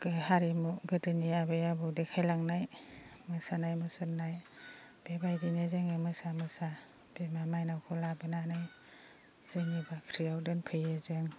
हारिमु गोदोनि आबै आबौ देखायलांनाय मोसानाय मुसुरनाय बेबायदिनो जोङो मोसा मोसा बिमा मायनावखौ लाबोनानै जोंनि बाख्रियाव दोनफैयो जों